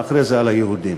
ואחרי זה על היהודים,